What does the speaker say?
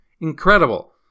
Incredible